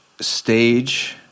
stage